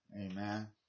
Amen